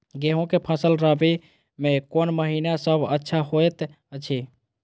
गेहूँ के फसल रबि मे कोन महिना सब अच्छा होयत अछि?